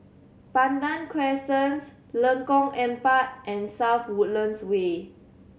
Pandan Crescent Lengkong Empat and South Woodlands Way